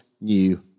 new